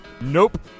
Nope